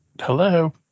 Hello